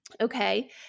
Okay